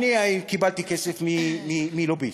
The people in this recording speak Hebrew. אני קיבלתי כסף מלוביסט,